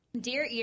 Dear